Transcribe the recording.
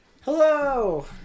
Hello